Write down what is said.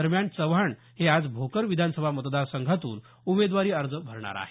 दरम्यान चव्हाण हे आज भोकर विधानसभा मतदारसंघातून उमेदवारी अर्ज भरणार आहेत